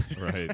Right